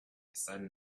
sudden